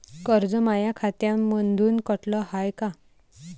कर्ज माया खात्यामंधून कटलं हाय का?